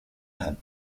had